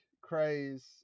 craze